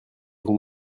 vous